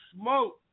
Smoke